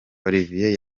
olivier